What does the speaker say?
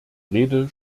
rede